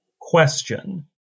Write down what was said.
question